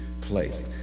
place